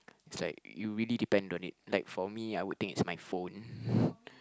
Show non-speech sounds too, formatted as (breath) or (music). it's like you really depend on it like for me I would think it's my phone (breath)